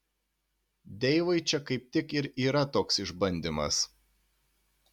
deivui čia kaip tik ir yra toks išbandymas